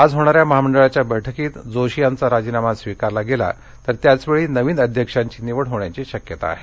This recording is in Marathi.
आज होणाऱ्या महामंडळाच्या बैठकीत जोशी यांचा राजीनामा स्वीकारला गेला तर त्याचवेळी नवीन अध्यक्षांची निवड होण्याची शक्यता आहे